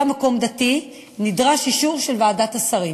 מקום דתי נדרש אישור של ועדת השרים.